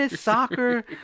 soccer